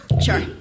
Sure